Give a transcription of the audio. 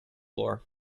floor